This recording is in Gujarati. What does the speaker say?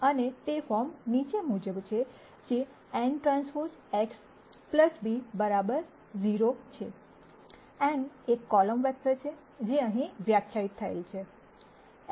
અને તે ફોર્મ નીચે મુજબ છે જે nTX b 0 છે n એ કોલમ વેક્ટર છે જે અહીં વ્યાખ્યાયિત થયેલ છે